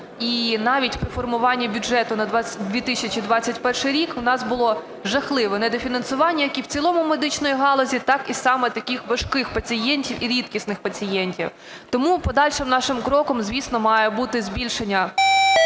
і навіть при формуванні бюджету на 2021 рік у нас було жахливе недофінансування як і в цілому медичної галузі, так і саме таких важких пацієнтів і рідкісних пацієнтів. Тому подальшим нашим кроком, звісно, має бути збільшення